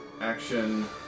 action